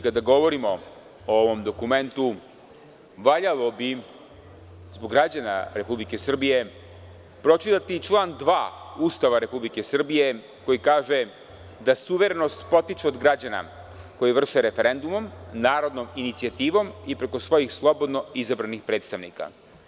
Kada govorimo o ovom dokumentu valjalo bi zbog građana Republike Srbije pročitati i član 2. Ustava Republike Srbije, koji kaže da suverenost potiče od građana koji vrše referendumom, narodnom inicijativom i preko svojih slobodno izabranih predstavnika.